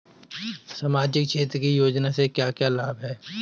सामाजिक क्षेत्र की योजनाएं से क्या क्या लाभ है?